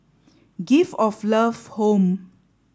gift of Love Home